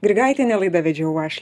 grigaitienę laidą vedžiau aš